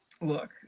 Look